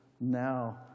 now